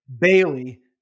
Bailey